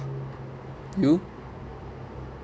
you